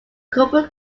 corporate